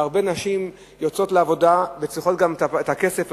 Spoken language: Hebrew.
והרבה נשים יוצאות לעבודה וצריכות את הכסף,